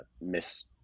miss